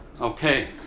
Okay